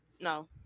no